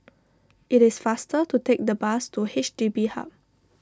it is faster to take the bus to H D B Hub